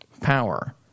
power